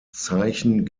zeichen